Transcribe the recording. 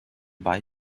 buy